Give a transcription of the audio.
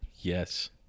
Yes